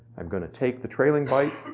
i'm gonna take the trailing byte,